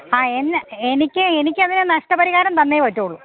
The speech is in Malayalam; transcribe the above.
അ എന്നാൽ എനിക്ക് എനിക്കതിന് നഷ്ടപരിഹാരം തന്നേ പറ്റുകയുള്ളു